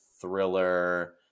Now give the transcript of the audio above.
thriller